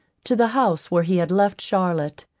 to the house where he had left charlotte.